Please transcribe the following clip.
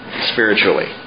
spiritually